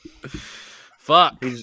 Fuck